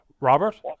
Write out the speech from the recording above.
Robert